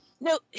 No